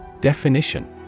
Definition